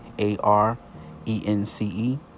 A-R-E-N-C-E